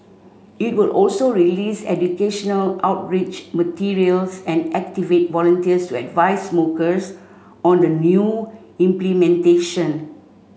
it will also release educational outreach materials and activate volunteers advise smokers on the new implementation